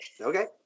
Okay